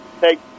take